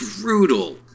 brutal